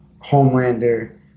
Homelander